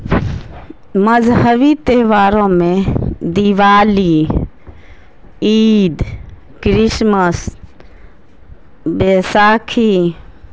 مذہبی تہواروں میں دیوالی عید کرسمس بیساکھی